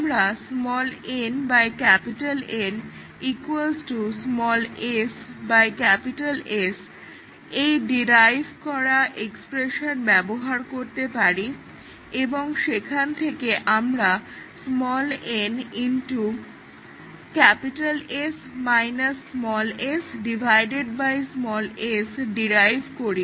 আমরা n N s S এই derive করা এক্সপ্রেশন ব্যবহার করতে পারি এবং সেখান থেকে আমরা n S - s s derive করি